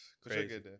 Crazy